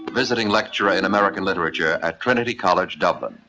visiting lecturer in american literature at trinity college dublin.